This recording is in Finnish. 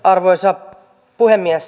arvoisa puhemies